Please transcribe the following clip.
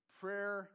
prayer